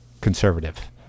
conservative